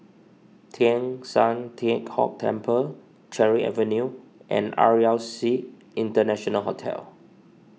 Teng San Tian Hock Temple Cherry Avenue and R E L C International Hotel